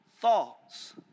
thoughts